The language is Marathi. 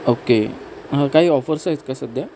ओके हं काही ऑफर्स आहेत का सध्या